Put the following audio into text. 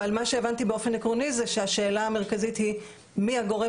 אבל מה שהבנתי באופן עקרוני זה שהשאלה המרכזית היא מי הגורם